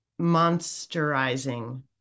monsterizing